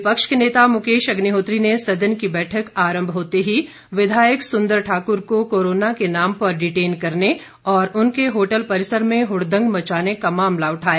विपक्ष के नेता मुकेश अग्निहोत्री ने सदन की बैठक आरंभ होते ही विधायक सुंदर ठाकुर को कोरोना के नाम पर डिटेन करने और उनके होटल परिसर में हुड़दंग मचाने का मामला उठाया